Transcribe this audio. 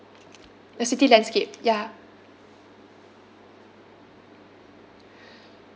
the city landscape ya